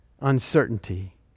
uncertainty